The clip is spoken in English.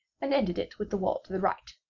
and ended it with the wall to the right.